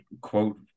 quote